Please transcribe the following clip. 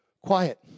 quiet